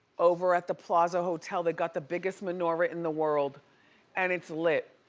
over at the plaza hotel, they got the biggest menorah in the world and it's lit.